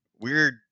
weird